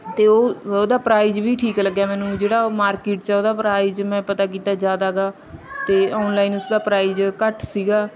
ਅਤੇ ਉਹ ਉਹਦਾ ਪ੍ਰਾਈਜ ਵੀ ਠੀਕ ਲੱਗਿਆ ਮੈਨੂੰ ਜਿਹੜਾ ਮਾਰਕੀਟ 'ਚ ਉਹਦਾ ਪ੍ਰਾਈਜ ਮੈਂ ਪਤਾ ਕੀਤਾ ਜ਼ਿਆਦਾ ਗਾ ਅਤੇ ਔਨਲਾਈਨ ਉਸਦਾ ਪ੍ਰਾਈਜ ਘੱਟ ਸੀਗਾ